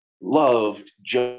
loved